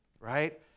right